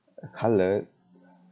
a colour